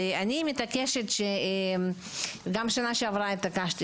אני מתעקשת - גם שנה שעברה התעקשתי